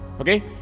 Okay